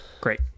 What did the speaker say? Great